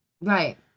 Right